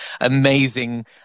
amazing